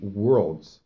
worlds